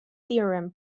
theorem